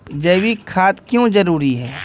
जैविक खाद क्यो जरूरी हैं?